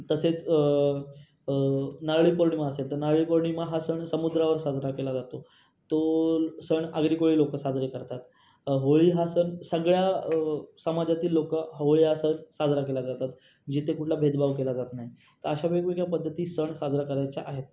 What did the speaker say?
तसेच नारळी पौर्णिमा असेल तर नारळी पौर्णिमा हा सण समुद्रावर साजरा केला जातो तो सण आग्री कोळी लोकं साजरी करतात होळी हा सण सगळ्या समाजातील लोकं होळी हा सण साजरा केला जातात जिथे कुठला भेदभाव केला जात नाही तर अशा वेगवेगळ्या पद्धती सण साजरा करायच्या आहेत